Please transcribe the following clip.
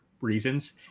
reasons